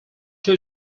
two